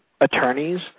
attorneys